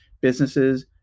businesses